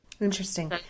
Interesting